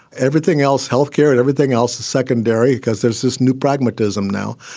everything else, health care and everything else is secondary because there's this new pragmatism now,